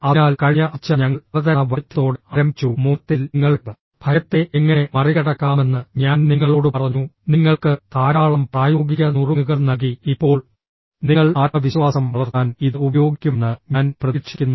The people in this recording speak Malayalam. അതിനാൽ കഴിഞ്ഞ ആഴ്ച ഞങ്ങൾ അവതരണ വൈദഗ്ധ്യത്തോടെ ആരംഭിച്ചു മുമ്പത്തേതിൽ നിങ്ങളുടെ ഭയത്തെ എങ്ങനെ മറികടക്കാമെന്ന് ഞാൻ നിങ്ങളോട് പറഞ്ഞു നിങ്ങൾക്ക് ധാരാളം പ്രായോഗിക നുറുങ്ങുകൾ നൽകി ഇപ്പോൾ നിങ്ങൾ ആത്മവിശ്വാസം വളർത്താൻ ഇത് ഉപയോഗിക്കുമെന്ന് ഞാൻ പ്രതീക്ഷിക്കുന്നു